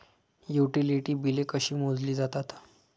Utility बिले कशी मोजली जातात?